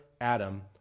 Adam